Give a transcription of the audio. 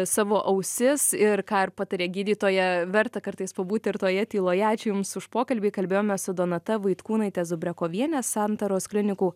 savo ausis ir ką ir patarė gydytoja verta kartais pabūti ir toje tyloje ačiū jums už pokalbį kalbėjome su donata vaitkūnaite zubrekoviene santaros klinikų